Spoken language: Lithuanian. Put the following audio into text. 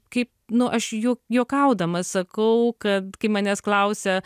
kaip nu aš ju juokaudama sakau kad kai manęs klausia